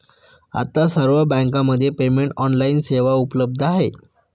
आता सर्व बँकांमध्ये पेमेंट ऑनलाइन सेवा उपलब्ध आहे